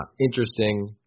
interesting